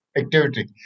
activity